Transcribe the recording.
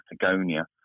Patagonia